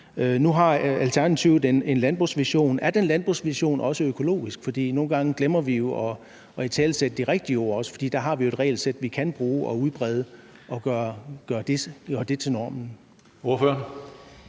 Nu har Alternativet en landbrugsvision. Er den landbrugsvision også økologisk? For nogle gange glemmer vi jo også at italesætte de rigtige ord. For der har vi jo et regelsæt, vi kan bruge og udbrede og gøre det til normen. Kl.